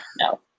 No